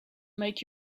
make